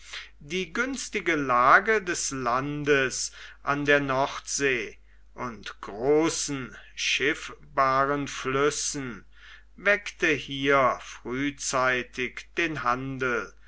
die günstige lage des landes an der nordsee und großen schiffbaren flüssen weckte hier frühzeitig den handel